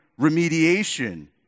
remediation